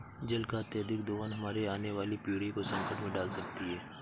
जल का अत्यधिक दोहन हमारे आने वाली पीढ़ी को संकट में डाल सकती है